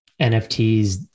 NFTs